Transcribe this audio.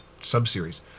sub-series